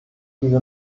diese